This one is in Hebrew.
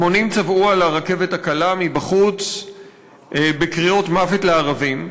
המונים צבאו על הרכבת הקלה מבחוץ בקריאות "מוות לערבים",